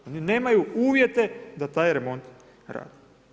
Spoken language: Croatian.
Oni nemaju uvjete da taj remont radi.